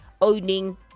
owning